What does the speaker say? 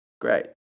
Great